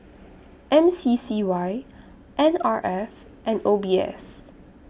M C C Y N R F and O B S